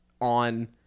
on